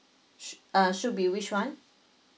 s~ uh should be which one